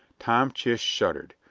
tom chist shuddered.